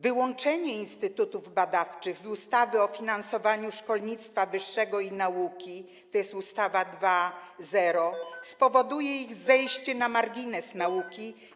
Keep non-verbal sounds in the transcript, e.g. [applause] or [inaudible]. Wyłączenie instytutów badawczych z działania ustawy o finansowaniu szkolnictwa wyższego i nauki, tj. ustawy 2.0, [noise] spowoduje zepchnięcie ich na margines nauki.